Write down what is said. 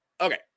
okay